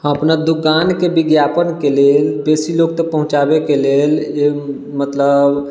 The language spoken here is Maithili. हम अपना दोकानके विज्ञापनके लेल बेसी लोक तक पहुँचाबैके लेल एक मतलब